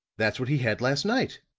that's what he had last night.